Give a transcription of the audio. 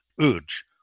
urge